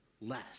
less